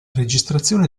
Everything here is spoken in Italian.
registrazione